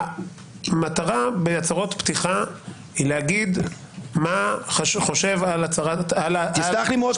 המטרה בהצהרות פתיחה היא להגיד מה חושבים על --- תסלח לי מאוד,